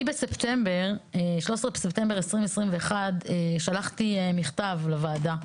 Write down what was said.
אני בספטמבר, 13 בספטמבר 2021 שלחתי מכתב לוועדה.